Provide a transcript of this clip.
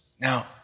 Now